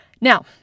Now